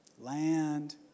Land